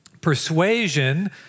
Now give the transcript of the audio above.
Persuasion